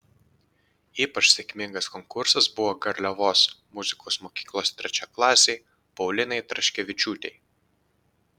ypač sėkmingas konkursas buvo garliavos muzikos mokyklos trečiaklasei paulinai traškevičiūtei